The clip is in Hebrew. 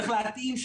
צריך להתאים,